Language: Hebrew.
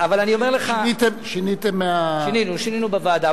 שיניתם, שינינו בוועדה.